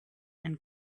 and